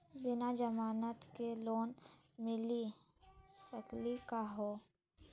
बिना जमानत के लोन मिली सकली का हो?